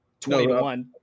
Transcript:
21